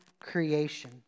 creation